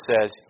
says